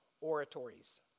oratories